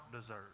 deserve